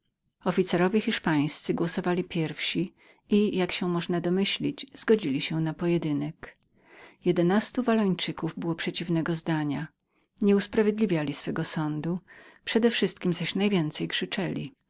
officerowie hiszpańscy głosowali naprzód i jak się można domyślić zgodzili się za pojedynkiem jedenastu pierwszych wallończyków było przeciwnego zdania nie usprawiedliwiali swego sądu przedewszystkiem zaś najwięcej krzyczeli